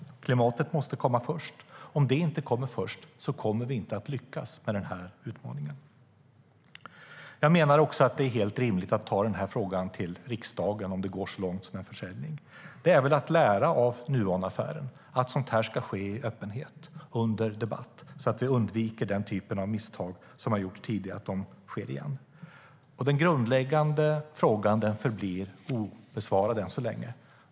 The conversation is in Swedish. Klimatet måste sättas först. Om det inte kommer först, kommer vi inte att lyckas med den här utmaningen. Det är helt rimligt att ta den här frågan till riksdagen, om det går så långt som till en försäljning. Det skulle visa att man har lärt sig av Nuonaffären, att sådant här ska ske i öppenhet under debatt. På det viset undviker man att den typen av misstag sker igen. Den grundläggande frågan förblir obesvarad än så länge.